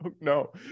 no